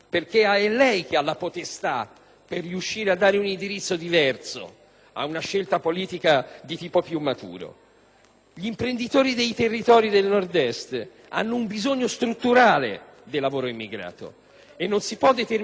Gli imprenditori dei territori del Nord Est hanno un bisogno strutturale del lavoro degli immigrati e non si può determinare una situazione in cui questo lavoro sia costretto ad una illegalità funzionale obbligata.